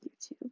YouTube